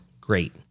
Great